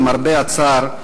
למרבה הצער,